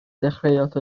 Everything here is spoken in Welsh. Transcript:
dechreuodd